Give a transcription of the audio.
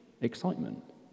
excitement